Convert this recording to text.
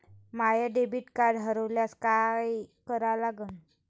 माय debit card हरोल्यास काय करा लागन?